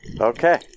Okay